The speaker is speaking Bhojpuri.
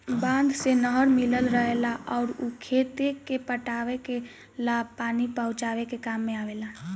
बांध से नहर मिलल रहेला अउर उ खेते के पटावे ला पानी पहुचावे के काम में आवेला